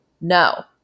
No